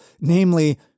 namely